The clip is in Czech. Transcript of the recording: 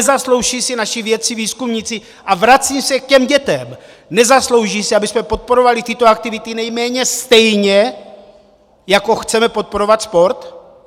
Nezaslouží si naši vědci, výzkumníci a vracím se k těm dětem nezaslouží si, abychom podporovali tyto aktivity nejméně stejně, jako chceme podporovat sport?